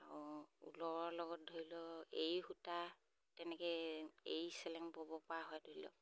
আৰু ঊলৰ লগত ধৰি লওক এড়ী সূতা তেনেকৈ এড়ী চেলেং ব'ব পৰা হয় ধৰি লওক